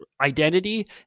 identity